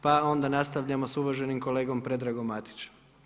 Pa onda nastavljamo sa uvaženim kolegom Predragom Matićem.